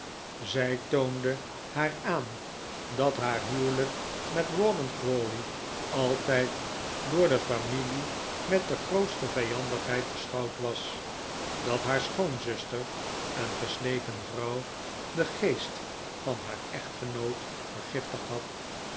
zij toonde haar aan dat haar huwelijk met rawdon crawley altijd door de familie met de grootste vijandigheid beschouwd was dat haar schoonzuster een geslepen vrouw den geest van haar echtgenoot vergiftigd had